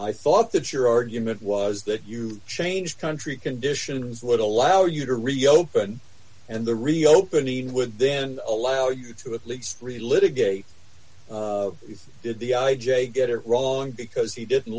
i thought that your argument was that you changed country conditions would allow you to reopen and the reopening would then allow you to at least read litigate did the i j a get it wrong because he didn't